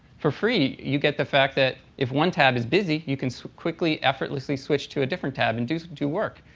for free, you get the fact that if one tab is busy, you can quickly, effortlessly switch to a different tab and do do work.